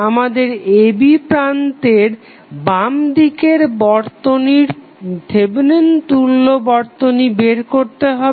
আমাদের a b প্রান্তের বামদিকের বর্তনীর থেভেনিন তুল্য বর্তনী বের করতে হবে